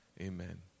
amen